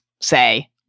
say